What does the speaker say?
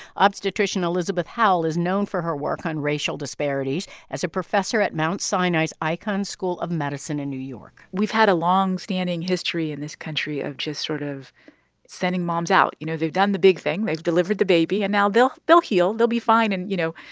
obstetrician elizabeth howell is known for her work on racial disparities as a professor at mount sinai's icahn school of medicine in new york we've had a longstanding history in this country of just sort of sending moms out. you know, they've done the big thing. they've delivered the baby. and now they'll they'll heal, they'll be fine. and, you know,